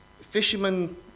fishermen